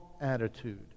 attitude